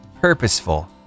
purposeful